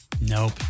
Nope